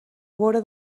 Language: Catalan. vora